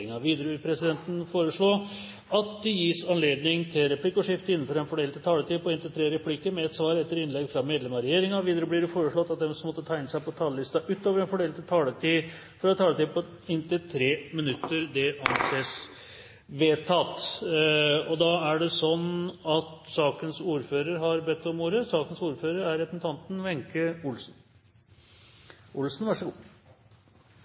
Videre vil presidenten foreslå at det gis anledning til replikkordskifte på inntil tre replikker med svar etter innlegg fra medlem av regjeringen innenfor den fordelte taletid. Videre blir det foreslått at de som måtte tegne seg på talerlisten utover den fordelte taletid, får en taletid på inntil 3 minutter. – Det anses vedtatt. Merverdiavgiften er utformet som en generell forbruksavgift, som ideelt bør har brede grunnlag, slik at